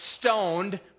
stoned